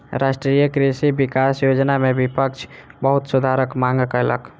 राष्ट्रीय कृषि विकास योजना में विपक्ष बहुत सुधारक मांग कयलक